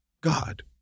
God